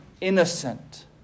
innocent